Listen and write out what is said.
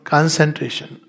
Concentration